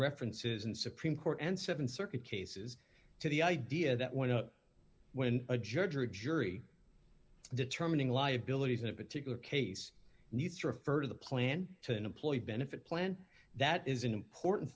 references in supreme court and seven circuit cases to the idea that when when a judge or jury determining liabilities in a particular case needs to refer to the plan to an employee benefit plan that is an important